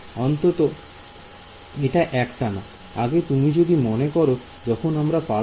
অন্তত এটা একটানা আগে তুমি যদি মনে করো যখন আমরা পালস ফাংশন পড়েছি তখন আমরা কি করেছি